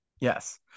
yes